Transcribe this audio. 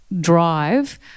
Drive